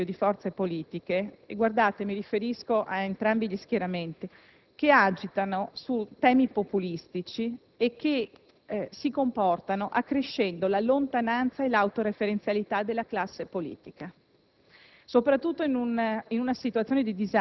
nel confronto politico delle possibile ripercussioni negative che l'alzare il livello dello scontro e la demonizzazione dell'avversario possono avere nei confronti di chi vive situazioni di disagio ed è soprattutto in una fascia d'età, come quella dei giovani,